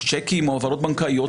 צ'קים או העברות בנקאיות,